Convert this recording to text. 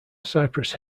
cypress